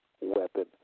weapon